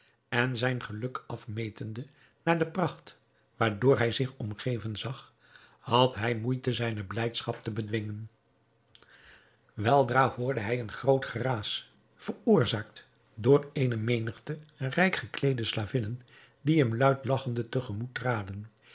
en zijn geluk afmetende naar de pracht waardoor hij zich omgeven zag had hij moeite zijne blijdschap te bedwingen weldra hoorde hij een groot geraas veroorzaakt door eene menigte rijk gekleede slavinnen die hem luid lagchende te gemoet traden